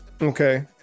Okay